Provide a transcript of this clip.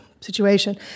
situation